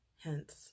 Hence